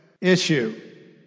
issue